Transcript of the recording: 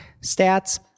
stats